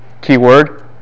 keyword